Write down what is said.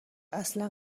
اصلا